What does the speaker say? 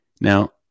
now